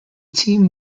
team